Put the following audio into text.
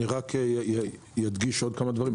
אני אדגיש עוד כמה דברים.